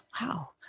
Wow